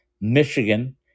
Michigan